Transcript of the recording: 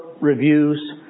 reviews